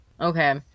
Okay